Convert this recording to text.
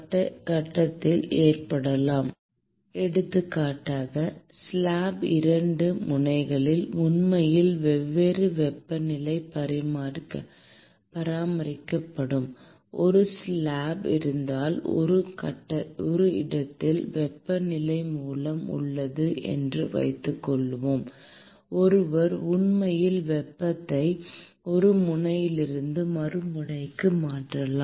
வெப்ப பரிமாற்றம் ஒரு கட்டத்தில் ஏற்படலாம் எடுத்துக்காட்டாக ஸ்லாப்பின் 2 முனைகளில் உண்மையில் வெவ்வேறு வெப்பநிலையில் பராமரிக்கப்படும் ஒரு ஸ்லாப் இருந்தால் ஒரு இடத்தில் வெப்பமூலம் உள்ளது என்று வைத்துக்கொள்வோம் ஒருவர் உண்மையில் வெப்பத்தை ஒரு முனையிலிருந்து மறுமுனைக்கு மாற்றலாம்